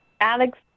Alex